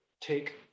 take